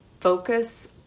Focus